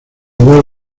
lugar